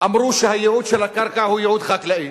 אמרו שהייעוד של הקרקע הוא ייעוד חקלאי.